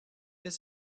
dès